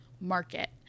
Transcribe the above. market